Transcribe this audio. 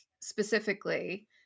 specifically